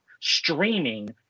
streaming